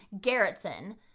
Garretson